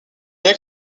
est